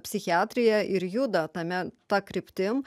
psichiatrija ir juda tame ta kryptim